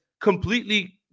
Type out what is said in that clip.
completely